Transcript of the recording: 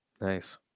nice